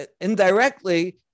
indirectly